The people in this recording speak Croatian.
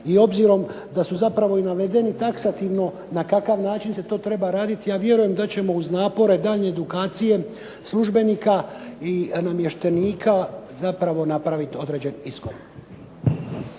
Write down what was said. i obzirom da su navedeni taksativno na kakav način se to treba raditi, ja vjerujem da ćemo uz napore i edukacije službenika i namještenika napraviti određen iskorak.